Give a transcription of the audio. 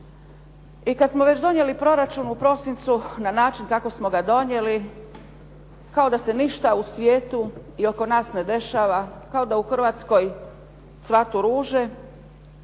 I kad smo već donijeli proračun u prosincu na način kako smo ga donijeli, kao da se ništa u svijetu i oko nas ne dešava, kao da u Hrvatskoj cvatu ruže,